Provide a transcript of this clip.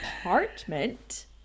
apartment